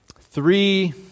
three